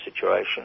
situation